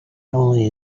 only